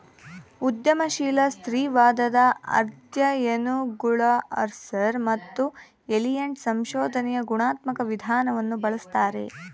ಉದ್ಯಮಶೀಲ ಸ್ತ್ರೀವಾದದ ಅಧ್ಯಯನಗುಳಗಆರ್ಸರ್ ಮತ್ತು ಎಲಿಯಟ್ ಸಂಶೋಧನೆಯ ಗುಣಾತ್ಮಕ ವಿಧಾನವನ್ನು ಬಳಸ್ತಾರೆ